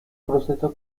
proceso